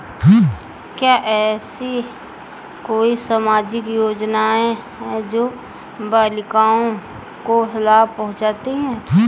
क्या ऐसी कोई सामाजिक योजनाएँ हैं जो बालिकाओं को लाभ पहुँचाती हैं?